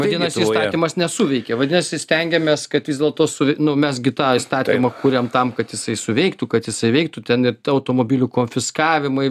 vadinasi įstatymas nesuveikė vadinasi stengiamės kad vis dėlto suv nu mes gi tą įstatymą kuriam tam kad jisai suveiktų kad jisai veiktų ten ir t automobilių konfiskavimai